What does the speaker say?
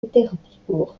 pétersbourg